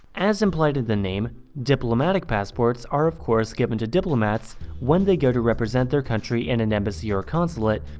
as implied in the name, diplomatic passports are of course given to diplomats when they go to represent their country in an embassy or consulate,